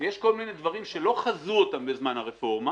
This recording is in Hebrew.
יש כל מיני דברים שלא חזו אותם בזמן הרפורמה,